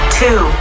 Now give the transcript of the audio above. two